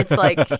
like,